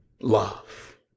love